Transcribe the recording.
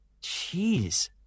Jeez